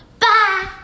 Bye